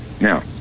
now